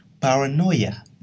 paranoia